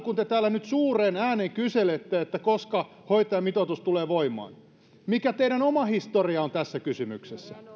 kun te täällä nyt suureen ääneen kyselette koska hoitajamitoitus tulee voimaan niin mikä teidän saldonne on mikä teidän oma historianne on tässä kysymyksessä